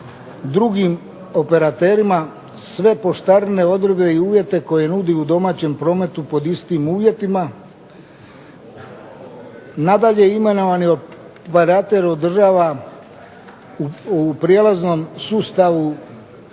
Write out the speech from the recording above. drugim operaterima sve poštarine, odredbe i uvjete koje nudi u domaćem prometu pod istim uvjetima. Nadalje, imenovani operater održava u prijelaznom sustavu